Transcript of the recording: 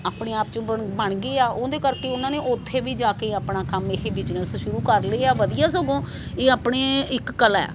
ਆਪਣੇ ਆਪ 'ਚ ਬ ਬਣ ਗਏ ਆ ਉਹਦੇ ਕਰਕੇ ਉਹਨਾਂ ਨੇ ਉੱਥੇ ਵੀ ਜਾ ਕੇ ਆਪਣਾ ਕੰਮ ਇਹ ਬਿਜਨਸ ਸ਼ੁਰੂ ਕਰ ਲਏ ਆ ਵਧੀਆ ਸਗੋਂ ਇਹ ਆਪਣੇ ਇੱਕ ਕਲਾ